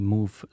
Move